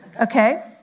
Okay